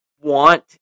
want